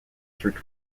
through